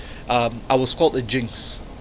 uh I was called a jinx